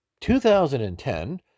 2010